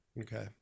Okay